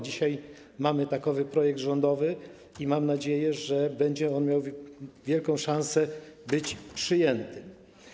Dzisiaj mamy projekt rządowy i mam nadzieję, że będzie on miał wielką szansę na przyjęcie.